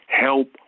help